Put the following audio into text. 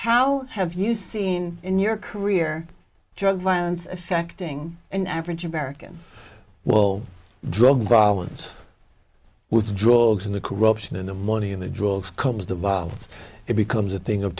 how have you seen in your career drug violence affecting an average american well drug violence with drugs and the corruption and the money and the drugs comes the violence it becomes a thing of